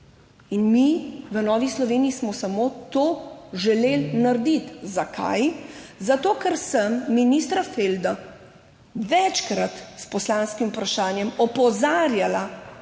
In mi v Novi Sloveniji smo samo to želeli narediti. Zakaj? Zato, ker sem ministra Feldo večkrat s poslanskim vprašanjem opozarjala